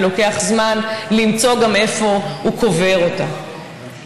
וגם לוקח זמן למצוא איפה הוא קובר אותה.